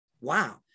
wow